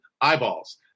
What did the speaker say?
eyeballs